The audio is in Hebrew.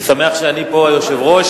אני שמח שאני פה היושב-ראש,